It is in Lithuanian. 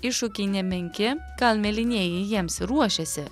iššūkiai nemenki gal mėlynieji jiems ir ruošiasi